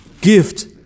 gift